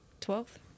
Twelfth